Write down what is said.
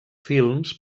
films